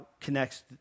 connects